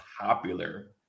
popular